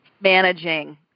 managing